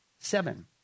Seven